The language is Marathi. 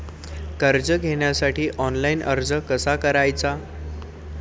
कर्ज घेण्यासाठी ऑनलाइन अर्ज कसा करायचा?